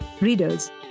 readers